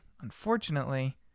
unfortunately